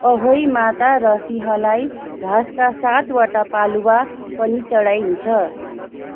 अहोई माता र सिंहलाई घाँसका सातवटा पालुवा पनि चढाइन्छ